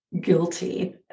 guilty